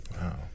Wow